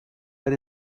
but